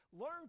Learn